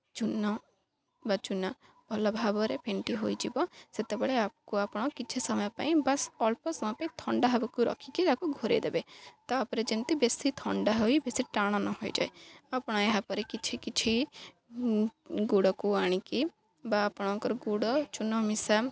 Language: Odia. ଚୂନ ବା ଚୁନା ଭଲ ଭାବରେ ଫେଣ୍ଟି ହୋଇଯିବ ସେତେବେଳେ ଆକୁ ଆପଣ କିଛି ସମୟ ପାଇଁ ବାସ୍ ଅଳ୍ପ ସମୟ ପାଇଁ ଥଣ୍ଡା ହେବାକୁ ରଖିକି ତାକୁ ଘୋଡ଼େଇ ଦେବେ ତା'ପରେ ଯେମିତି ବେଶୀ ଥଣ୍ଡା ହୋଇ ବେଶୀ ଟାଣ ନ ହୋଇଯାଏ ଆପଣ ଏହାପରେ କିଛି କିଛି ଗୁଡ଼କୁ ଆଣିକି ବା ଆପଣଙ୍କର ଗୁଡ଼ ଚୂନ ମିଶା